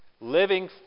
Living